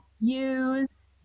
use